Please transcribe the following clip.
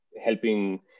helping